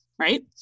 Right